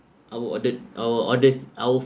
our ordered our orders our